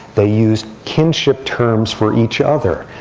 they use kinship terms for each other.